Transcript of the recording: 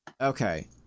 Okay